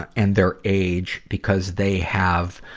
and their age, because they have,